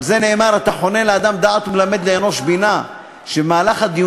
על זה נאמר: "אתה חונן לאדם דעת ומלמד לאנוש בינה" שבדיונים